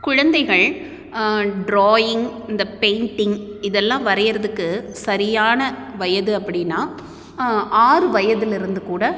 குழந்தைகள் ட்ராயிங் இந்த பெயிண்டிங் இதெல்லாம் வரையறதுக்கு சரியான வயது அப்படினா ஆறு வயதிலிருந்து கூட